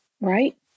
right